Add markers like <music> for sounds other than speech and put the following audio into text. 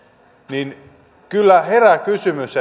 kyllä herää kysymys <unintelligible>